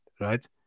right